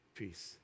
peace